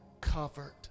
covered